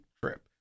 trip